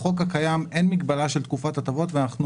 בחוק הקיים אין מגבלה של תקופת הטבות ואנחנו